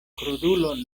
krudulon